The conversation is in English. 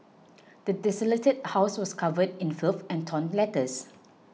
the desolated house was covered in filth and torn letters